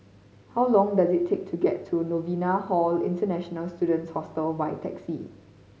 how long does it take to get to Novena Hall International Students Hostel by taxi